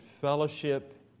fellowship